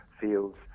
fields